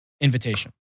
invitation